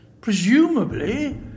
Presumably